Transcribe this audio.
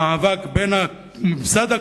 המאבק בין הממסד הכוהני,